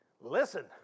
listen